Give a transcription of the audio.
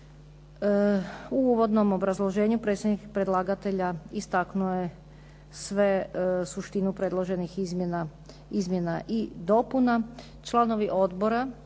U uvodnom obrazloženju predstavnik predlagatelja istaknuo je sve suštinu predloženih izmjena i dopuna. Članovi odbora